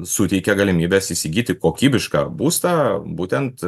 suteikia galimybes įsigyti kokybišką būstą būtent